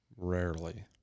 Rarely